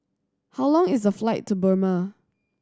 how long is the flight to Burma